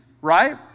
right